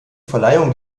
verleihung